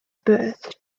birth